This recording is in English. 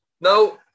Now